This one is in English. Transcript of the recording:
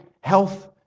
health